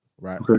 right